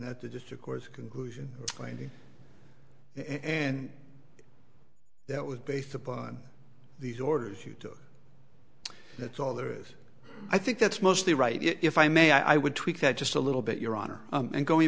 the district court conclusion plainly and that was based upon the orders you took that's all there is i think that's mostly right if i may i would tweak that just a little bit your honor and going